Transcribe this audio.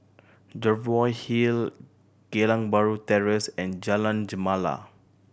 Jervoi Hill Geylang Bahru Terrace and Jalan Gemala